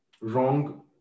wrong